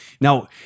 Now